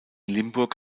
limburg